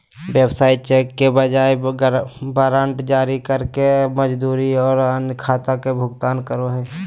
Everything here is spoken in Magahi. व्यवसाय चेक के बजाय वारंट जारी करके मजदूरी और अन्य खाता के भुगतान करो हइ